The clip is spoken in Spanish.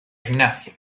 ignacia